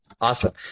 Awesome